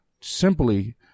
simply